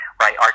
right